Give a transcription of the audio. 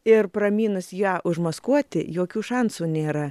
ir pramynus ją užmaskuoti jokių šansų nėra